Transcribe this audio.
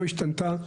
לא השתנתה.